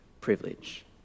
privilege